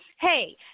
hey